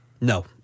No